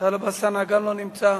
טלב אלסאנע, גם לא נמצא.